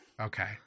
Okay